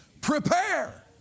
Prepare